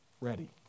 ready